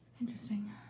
Interesting